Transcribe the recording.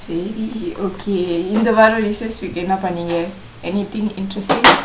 சரி:seri okay இந்த வாரம்:indtha vaaram recess week என்ன பன்னிங்க:enna paningka anythingk interestingk